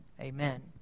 Amen